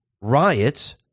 riots